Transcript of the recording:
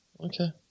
Okay